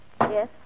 Yes